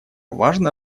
важно